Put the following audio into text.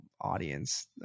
audience